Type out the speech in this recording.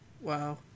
Wow